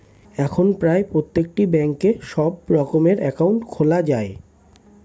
এখন প্রায় প্রত্যেকটি ব্যাঙ্কে সব রকমের অ্যাকাউন্ট খোলা যায়